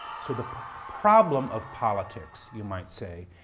so the problem of politics, you might say,